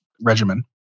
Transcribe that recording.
regimen